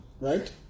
Right